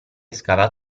scava